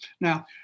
Now